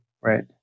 Right